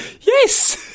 yes